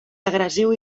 agressiu